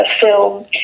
film